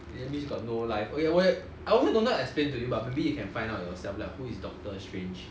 that means you got no life okay wai~ I also don't know to explain to you but maybe you can find out yourself like who is doctor strange